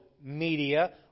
Media